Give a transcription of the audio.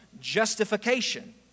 justification